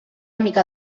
mica